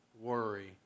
worry